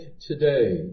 today